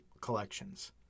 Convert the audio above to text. collections